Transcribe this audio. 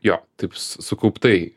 jo taip sukauptai